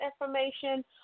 information